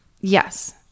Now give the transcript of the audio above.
Yes